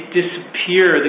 disappear